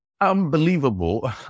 Unbelievable